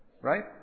Right